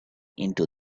into